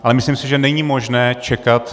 Ale myslím si, že není možné čekat.